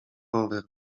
rower